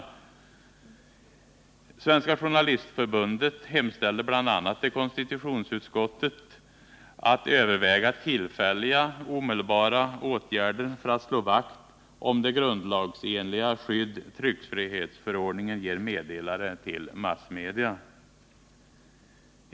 a. hemställde Svenska journalistförbundet till konstitutionsutskottet att överväga tillfälliga omedelbara åtgärder för att slå vakt om det grundlagsenliga skydd tryckfrihetsförordningen ger meddelare till massmedia.